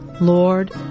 Lord